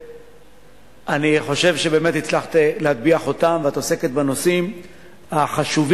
אני חושב שבאמת הצלחת להטביע חותם ואת עוסקת בנושאים החשובים,